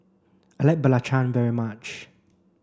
I like Belacan very much